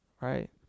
right